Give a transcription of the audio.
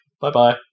Bye-bye